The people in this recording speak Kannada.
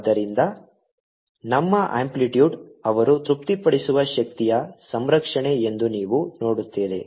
ಆದ್ದರಿಂದ ನಮ್ಮ ಅಂಪ್ಲಿಟ್ಯೂಡ್ ಅವರು ತೃಪ್ತಿಪಡಿಸುವ ಶಕ್ತಿಯ ಸಂರಕ್ಷಣೆ ಎಂದು ನೀವು ನೋಡುತ್ತೀರಿ